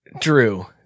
Drew